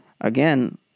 again